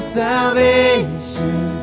salvation